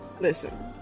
Listen